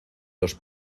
los